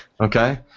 Okay